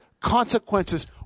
consequences